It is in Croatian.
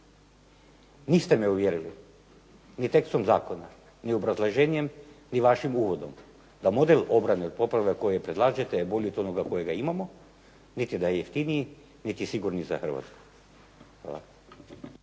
Niste me uvjerili, ni tekstom zakona, ni obrazloženjem, ni vašim uvodom, da model obrane od poplava kojega predlažete je bolji od onoga kojega imamo, niti je da jeftiniji, niti sigurniji za Hrvatsku.